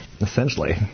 essentially